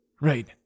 Right